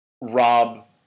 Rob